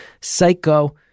Psycho